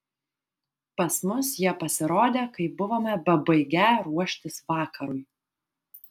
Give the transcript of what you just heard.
pas mus jie pasirodė kai buvome bebaigią ruoštis vakarui